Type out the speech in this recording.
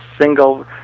single